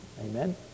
Amen